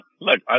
look